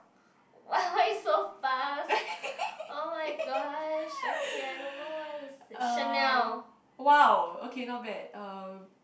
uh !wow! okay not bad uh